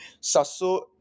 Sasso